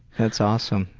that's awesome.